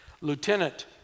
Lieutenant